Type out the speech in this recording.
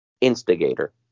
instigator